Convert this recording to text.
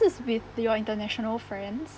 with the your international friends